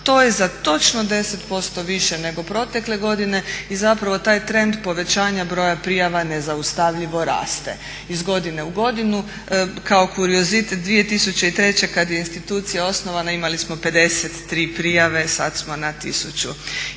To je za točno 10% više nego protekle godine i zapravo taj trend povećanja broja prijava nezaustavljivo raste iz godine u godinu. Kao kuriozitet, 2003. kad je institucija osnovana imali smo 53 prijave, sad smo na 1600.